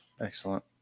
Excellent